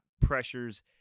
pressures